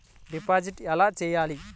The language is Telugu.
డిపాజిట్ ఎలా చెయ్యాలి?